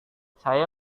saya